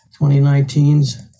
2019's